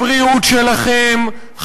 הבריאות שלכם,